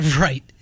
Right